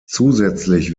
zusätzlich